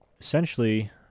Essentially